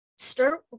start